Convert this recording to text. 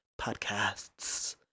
Podcasts